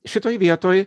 šitoj vietoj